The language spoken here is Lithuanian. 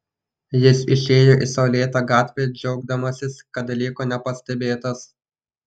jis išėjo į saulėtą gatvę džiaugdamasis kad liko nepastebėtas